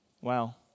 wow